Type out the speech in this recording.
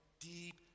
deep